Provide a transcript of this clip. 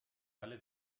alle